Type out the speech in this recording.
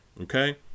okay